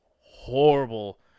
horrible